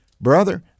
brother